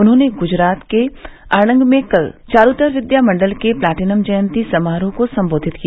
उन्होंने गुजरात के आणंद में कल चारुतर विद्या मंडल के प्लेटिनम जयंती समारोह को संबोधित किया